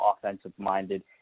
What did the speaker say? offensive-minded